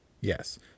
Yes